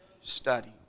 Study